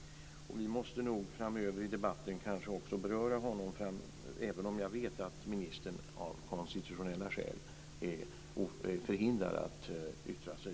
Vi måste nog också framöver i debatten beröra honom, även om jag vet att ministern av konstiutionella skäl är förhindrad att yttra sig.